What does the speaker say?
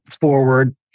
forward